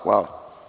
Hvala.